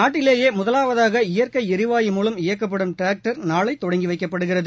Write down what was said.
நாட்டிலேயே முதலாவதாக இயற்கை ளரிவாயு மூலம் இயக்கப்படும் டிராக்டர் நாளை தொடங்கி வைக்கப்படுகிறது